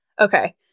Okay